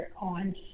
on